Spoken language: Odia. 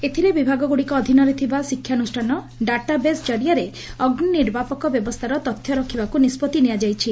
ଏଥିରେ ବିଭାଗଗୁଡ଼ିକ ଅଧୀନରେ ଥିବା ଶିକ୍ଷାନୁଷ୍ଠାନ ଡାଟାବେସ୍ କରିଆରେ ଅଗ୍ନି ନିର୍ବାପକ ବ୍ୟବସ୍ଷାର ତଥ୍ୟ ରଖିବାକୁ ନିଷ୍ବତ୍ତି ନିଆଯାଇଛି